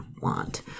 want